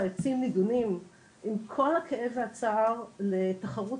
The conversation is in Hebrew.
העצים נידונים עם כל הכאב והצער לתחרות